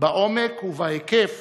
- בעומק ובהיקף